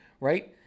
right